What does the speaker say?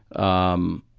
um,